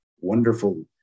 wonderful